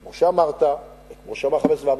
כמו שאמרת וכמו שאמר חבר הכנסת והבה,